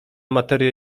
materię